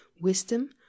wisdom